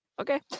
Okay